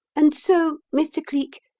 and so mr. cleek,